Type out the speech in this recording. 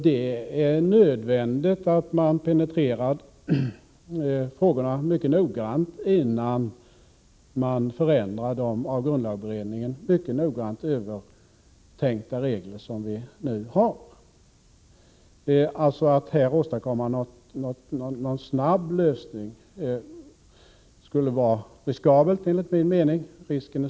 Det är också nödvändigt att penetrera frågorna ingående innan man förändrar de av grundlagberedningen mycket noggrant övertänkta reglerna. Att försöka åstadkomma en snabb lösning skulle enligt min mening vara riskabelt.